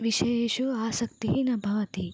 विषयेषु आसक्तिः न भवति